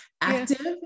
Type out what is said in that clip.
active